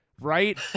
right